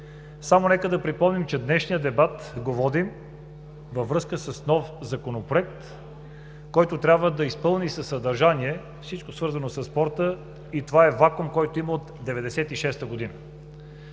Нека да припомним, че днешния дебат го водим във връзка с нов Законопроект, който трябва да изпълни със съдържание всичко, свързано със спорта. Това е вакуум, който идва от 1996 г.